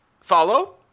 Follow